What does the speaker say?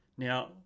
Now